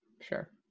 Sure